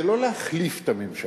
זה לא להחליף את הממשלה,